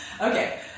Okay